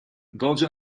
должен